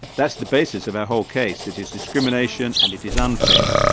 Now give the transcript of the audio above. that's the basis of our whole case, it is discrimination and it is unfair.